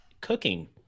cooking